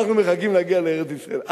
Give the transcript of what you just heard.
אנחנו מחכים להגיע לארץ-ישראל,